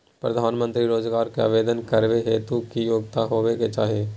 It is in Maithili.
प्रधानमंत्री रोजगार के आवेदन करबैक हेतु की योग्यता होबाक चाही?